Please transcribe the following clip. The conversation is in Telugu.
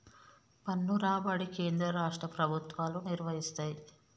పన్ను రాబడి కేంద్ర రాష్ట్ర ప్రభుత్వాలు నిర్వయిస్తయ్